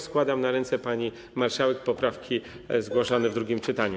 Składam na ręce pani marszałek poprawki zgłoszone w drugim czytaniu.